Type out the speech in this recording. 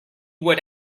would